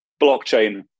blockchain